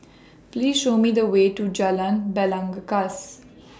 Please Show Me The Way to Jalan Belangkas